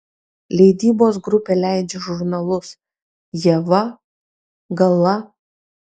leidybos grupė leidžia žurnalus ieva gala